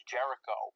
Jericho